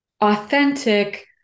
authentic